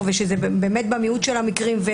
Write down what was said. במיעוט של המקרים,